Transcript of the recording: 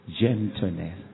gentleness